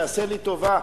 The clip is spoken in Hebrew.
תעשה לי טובה,